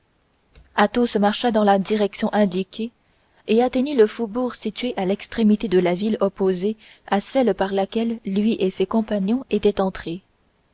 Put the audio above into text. suivre athos marcha dans la direction indiquée et atteignit le faubourg situé à l'extrémité de la ville opposée à celle par laquelle lui et ses compagnons étaient entrés